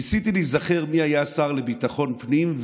ניסיתי להיזכר מי היה השר לביטחון הפנים,